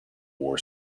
war